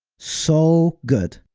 so good.